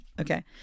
Okay